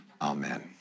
Amen